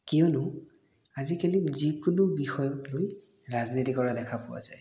কিয়নো আজিকালি যিকোনো বিষয়ক লৈ ৰাজনীতি কৰা দেখা পোৱা যায়